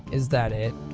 is that it?